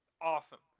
awesome